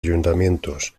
ayuntamientos